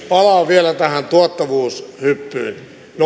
palaan vielä tähän tuottavuushyppyyn me